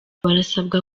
barasabwa